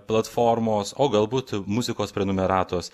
platformos o galbūt muzikos prenumeratos